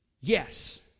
yes